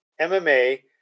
MMA